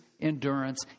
endurance